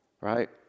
Right